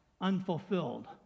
unfulfilled